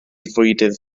fwydydd